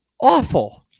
Awful